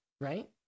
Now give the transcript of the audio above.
Right